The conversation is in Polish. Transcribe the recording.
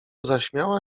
zaśmiała